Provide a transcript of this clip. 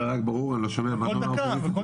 דבר ברור, אני לא שומע מה אתה אומר לאופוזיציה.